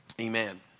Amen